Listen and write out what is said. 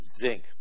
zinc